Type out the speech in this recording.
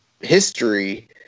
history